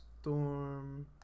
storm